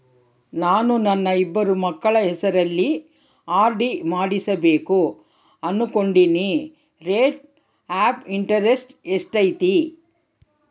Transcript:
ನಾನು ನನ್ನ ಇಬ್ಬರು ಮಕ್ಕಳ ಹೆಸರಲ್ಲಿ ಆರ್.ಡಿ ಮಾಡಿಸಬೇಕು ಅನುಕೊಂಡಿನಿ ರೇಟ್ ಆಫ್ ಇಂಟರೆಸ್ಟ್ ಎಷ್ಟೈತಿ?